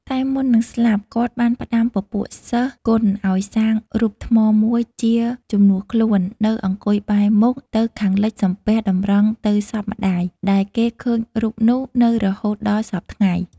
តែមុននឹងស្លាប់គាត់បានផ្ដាំពពួកសិស្សគណឲ្យសាងរូបថ្មមួយជាជំនួសខ្លួន នៅអង្គុយបែរមុខទៅខាងលិចសំពះតម្រង់ទៅសពម្ដាយ ដែលគេឃើញរូបនោះនៅរហូតដល់សព្វថ្ងៃ ។